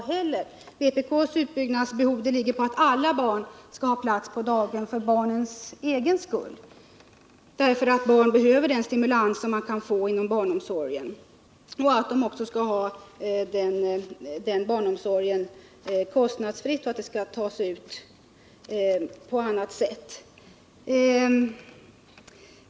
Som vpk ser det skall utbyggnadsbehovet baseras på att alla barn, för deras egen skull, skall ha plats på daghem — barn behöver nämligen den stimulans de kan få inom barnomsorgen. Barnen skall enligt vår mening ha den barnomsorgen kostnadsfritt, och kostnaderna får tas ut på annat sätt.